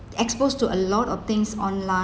exposed to a lot of things online